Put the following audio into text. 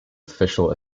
official